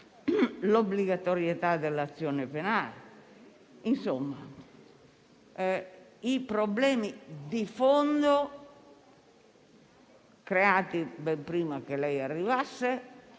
l'obbligatorietà dell'azione penale; insomma i problemi di fondo creati ben prima che lei arrivasse,